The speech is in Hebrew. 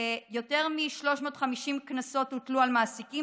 ויותר מ-350 קנסות הוטלו על מעסיקים